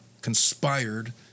conspired